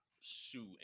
shoe